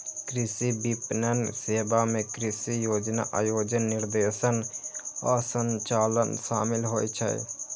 कृषि विपणन सेवा मे कृषि योजना, आयोजन, निर्देशन आ संचालन शामिल होइ छै